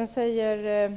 När